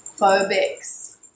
Phobics